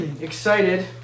excited